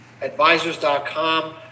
advisors.com